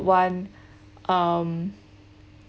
[one] um